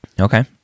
Okay